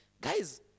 Guys